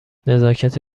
نزاکت